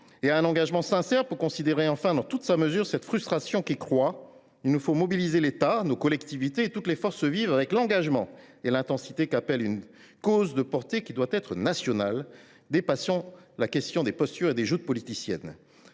et à un engagement sincère pour considérer, enfin, dans toute sa mesure cette frustration qui croît. Il nous faut mobiliser l’État, nos collectivités et toutes les forces vives, avec l’engagement et l’intensité qu’appelle une cause de portée nationale dépassant les postures et les joutes politiciennes.